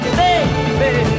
baby